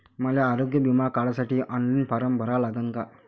मले आरोग्य बिमा काढासाठी ऑनलाईन फारम भरा लागन का?